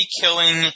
killing